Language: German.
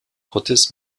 gottes